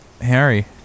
Harry